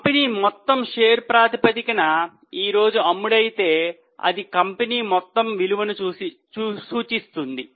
company మొత్తం share ప్రాతిపదికన ఈ రోజు అమ్ముడైతే ఇది కంపెనీ మొత్తం విలువను సూచిస్తుంది